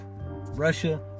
Russia